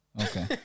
okay